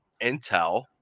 intel